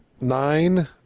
Nine